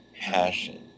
passion